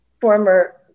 former